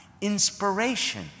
Inspiration